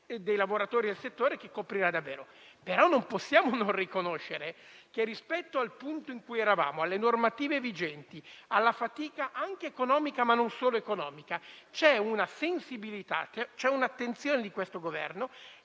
dei lavoratori del settore. Però non possiamo non riconoscere che, rispetto al punto in cui eravamo, alle normative vigenti e alla fatica anche economica, ma non solo economica, c'è una sensibilità e un'attenzione da parte di questo Governo